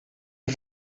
een